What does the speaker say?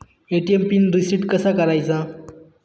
ATM PIN reset कसा करायचा?